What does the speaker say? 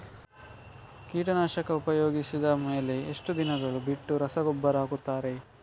ಕೀಟನಾಶಕ ಉಪಯೋಗಿಸಿದ ಮೇಲೆ ಎಷ್ಟು ದಿನಗಳು ಬಿಟ್ಟು ರಸಗೊಬ್ಬರ ಹಾಕುತ್ತಾರೆ?